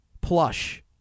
plush